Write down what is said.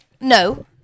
No